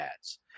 ads